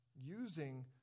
using